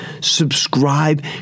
subscribe